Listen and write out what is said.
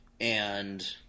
and-